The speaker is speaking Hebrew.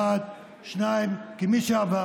1. 2. כמי שעבר